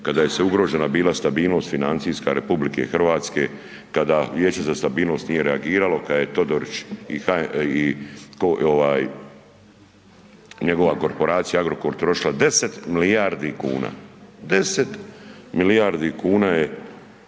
kada je bila ugrožena financijska stabilnost RH, kada vijeće za stabilnost nije reagiralo, kada je Todorić i njegova korporacija Agrokor trošila 10 milijardi kuna, 10 milijardi mjenica